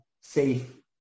safe